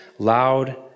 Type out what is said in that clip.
loud